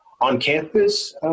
on-campus